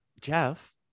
Jeff